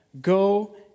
go